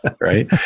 Right